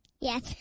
Yes